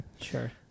Sure